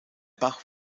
bach